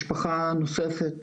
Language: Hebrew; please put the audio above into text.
משפחה נוספת